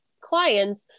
clients